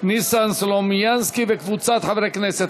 ניסן סלומינסקי וקבוצת חברי הכנסת,